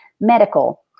medical